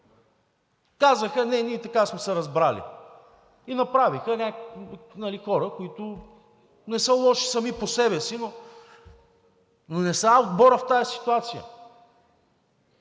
Казаха: „Не, ние така сме се разбрали.“ И направиха някакви хора, които не са лоши сами по себе си, но не са А-отборът в тази ситуация.